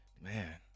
man